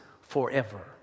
forever